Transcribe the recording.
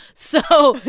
so.